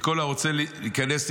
וכל הרוצה להיכנס,